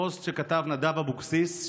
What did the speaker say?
פוסט שכתב נדב אבוקסיס,